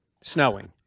snowing